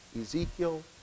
Ezekiel